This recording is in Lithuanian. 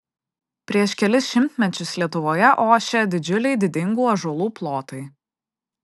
prieš kelis šimtmečius lietuvoje ošė didžiuliai didingų ąžuolų plotai